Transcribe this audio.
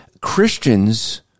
Christians